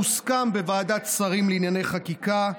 כמוסכם בוועדת שרים לענייני חקיקה,